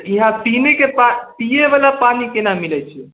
ईहाँ पिने के पा पिए वला पानी केना मिलै छै